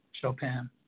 Chopin